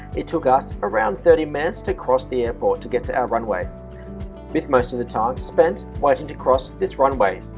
it took us around thirty minutes to cross the airport to get to our runway with most of the time spent waiting to cross this runway.